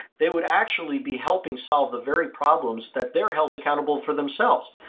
they would actually be helping solve the very problems that they're held accountable for themselves.